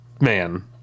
man